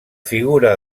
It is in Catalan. figura